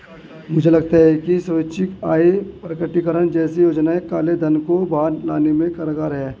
मुझे लगता है कि स्वैच्छिक आय प्रकटीकरण जैसी योजनाएं काले धन को बाहर लाने में कारगर हैं